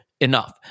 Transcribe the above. enough